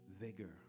vigor